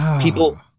People